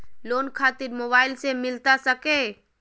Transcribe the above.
Loan खातिर mobile से मिलता सके?